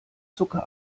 zucker